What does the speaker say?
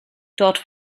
dort